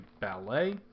ballet